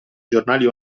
giornali